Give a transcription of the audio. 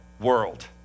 world